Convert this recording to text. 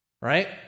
Right